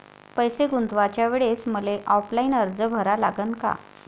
पैसे गुंतवाच्या वेळेसं मले ऑफलाईन अर्ज भरा लागन का?